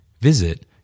Visit